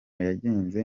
yagenze